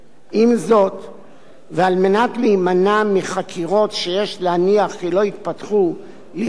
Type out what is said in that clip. ועל מנת להימנע מחקירות שיש להניח שלא יתפתחו לכדי העמדה לדין פלילי,